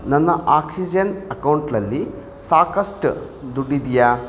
ನನ್ನ ಆಕ್ಸಿಜನ್ ಅಕೌಂಟಲ್ಲಿ ಸಾಕಷ್ಟು ದುಡ್ಡಿದೆಯಾ